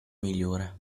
migliore